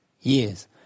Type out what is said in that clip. years